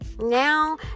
now